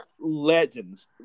legends